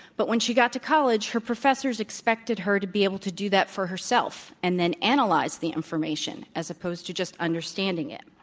but when she got to college, her professors expected her to be able to do that for herself and then analyze the information, as opposed opposed to just understanding it.